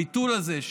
הביטול הזה,